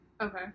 okay